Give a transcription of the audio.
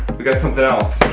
we got something else. ah,